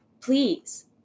please